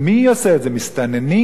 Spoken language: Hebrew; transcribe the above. מי עושה את זה, מסתננים?